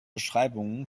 beschreibungen